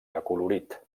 acolorit